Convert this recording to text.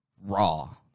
raw